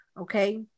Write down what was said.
Okay